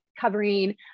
covering